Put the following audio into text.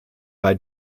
bei